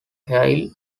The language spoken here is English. hill